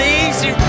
easy